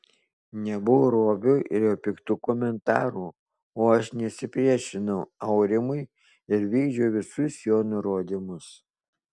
nebuvo robio ir jo piktų komentarų o aš nesipriešinau aurimui ir vykdžiau visus jo nurodymus